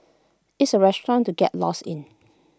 it's A restaurant to get lost in